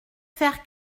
faire